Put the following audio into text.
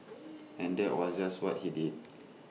and that was just what he did